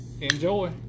Enjoy